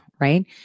right